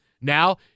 Now